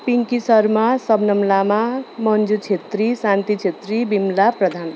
Pinky Sharma Sabnam Lama Manju Chhetri Shanti Chhetri Bimala Pradhan